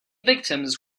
victims